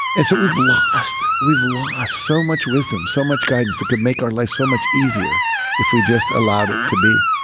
and so, we've lost. we've lost so much wisdom, so much guidance that could make out life so much easier if we just allowed it to be,